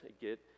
get